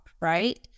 right